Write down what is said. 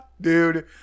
Dude